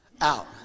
out